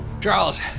Charles